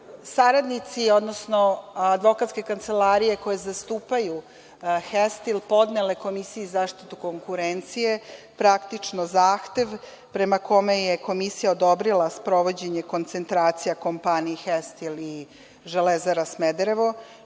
saradnici odnosno advokatske kancelarije koje zastupaju „Hestil“ podnele Komisiji za zaštitu konkurencije praktično zahtev prema kome je Komisija odobrila sprovođenje koncentracija kompaniji „Hestil“ i „Železara Smederevo“,